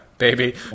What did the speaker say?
baby